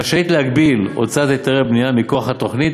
רשאית להגביל הוצאת היתרי בנייה מכוח התוכנית